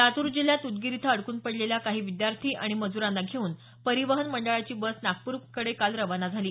लातूर जिल्ह्यात उदगीर इथं अडकून पडलेल्या काही विद्यार्थी आणि मज्रांना घेऊन परिवहन मंडळाची बस नागपूरकडे काल खाना झाली